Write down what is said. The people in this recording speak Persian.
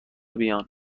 میان